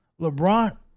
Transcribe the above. LeBron